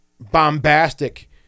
bombastic